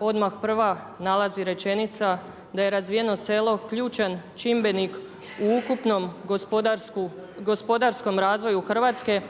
odmah prva nalazi rečenica da je razvijeno selo ključan čimbenik u ukupnom gospodarskom razvoju Hrvatske,